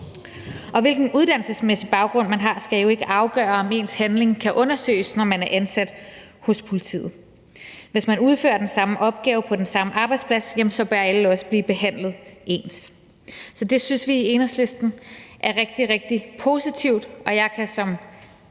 Hvilken uddannelsesmæssig baggrund man har skal jo ikke afgøre, om ens handling kan undersøges, når man er ansat hos politiet. Hvis man udfører den samme opgave på den samme arbejdsplads, bør alle også blive behandlet ens. Så det synes vi i Enhedslisten er rigtig, rigtig positivt, og jeg kan